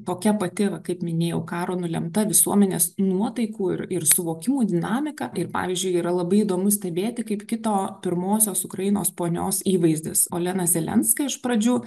tokia pati va kaip minėjau karo nulemta visuomenės nuotaikų ir ir suvokimų dinamika ir pavyzdžiui yra labai įdomu stebėti kaip kito pirmosios ukrainos ponios įvaizdis olena zelenska iš pradžių